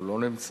הוא לא נמצא.